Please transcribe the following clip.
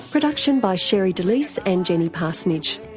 production by sherre delys and jenny parsonage.